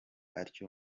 atyo